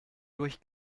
durch